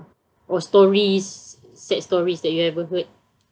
or stories sad stories that you've ever heard